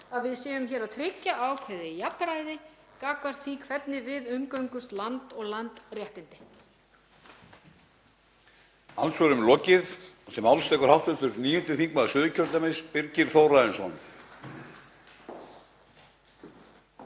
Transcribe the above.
að við séum að tryggja ákveðið jafnræði gagnvart því hvernig við umgöngumst land og landréttindi.